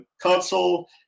console